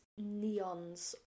neons